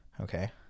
Okay